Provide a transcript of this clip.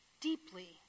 deeply